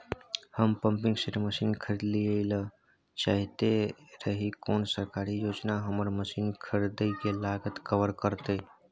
हम pumping set machine खरीदैय ल चाहैत रही कोन सरकारी योजना हमर मसीन खरीदय के लागत कवर करतय?